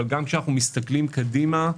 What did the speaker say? אבל גם כשמסתכלים קדימה,